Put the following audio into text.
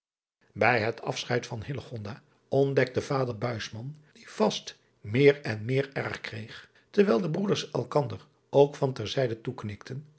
ij het afscheid van ontdekte vader die vast meer en meer erg kreeg terwijl de broeders elkander ook van ter